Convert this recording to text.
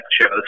shows